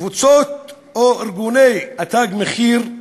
קבוצות או ארגוני ה"תג מחיר",